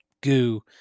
goo